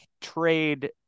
trade